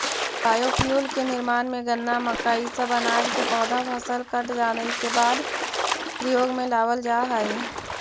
biofuel के निर्माण में गन्ना, मक्का इ सब अनाज के पौधा फसल कट जाए के बाद प्रयोग में लावल जा हई